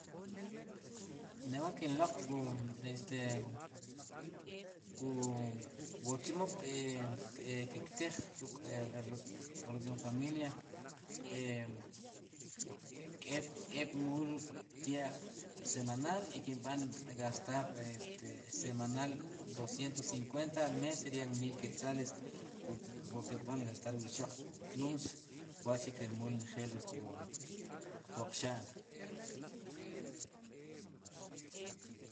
Ne wa' kinloq' wu este wu wu chemo ke, kektij ruk'e ruk' familia k'eb'k'eeb' muul tya'j semanal kinb'an gastar e semanal doscientos cincuenta al mes serían mil quetzales wu wu kirb'an gastar wu ixoq pluns wa'chi' kirmuul njel wu oqxa'n.